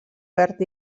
verd